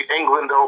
England